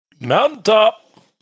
Mountaintop